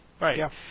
right